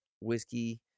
whiskey